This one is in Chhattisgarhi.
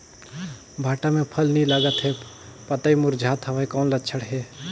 भांटा मे फल नी लागत हे पतई मुरझात हवय कौन लक्षण हे?